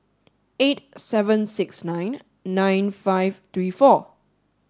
eight seven sixty nine nine five three four